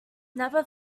never